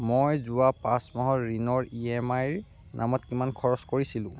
মই যোৱা পাঁচ মাহত ঋণৰ ই এম আই ৰ নামত কিমান খৰচ কৰিছিলো